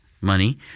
money